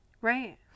Right